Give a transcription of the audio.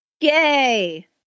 Yay